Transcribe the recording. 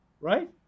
right